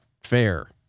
fair